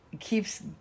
keeps